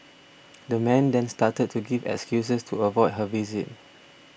the man then started to give excuses to avoid her visit